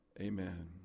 Amen